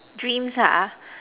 dreams lah